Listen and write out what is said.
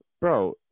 bro